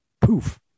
poof